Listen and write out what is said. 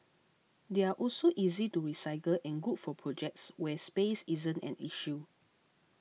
they are also easy to recycle and good for projects where space isn't an issue